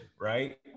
right